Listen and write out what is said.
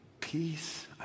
Peace